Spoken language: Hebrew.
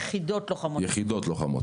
יחידות לוחמות?